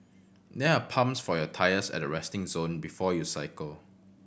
there are pumps for your tyres at the resting zone before you cycle